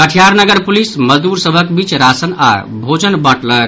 कटिहार नगर पुलिस मजदूर सभक बीच राशन आओर भोजन बांटलक